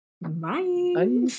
bye